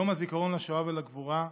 יום הזיכרון לשואה ולגבורה,